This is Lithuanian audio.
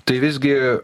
tai visgi